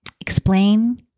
explain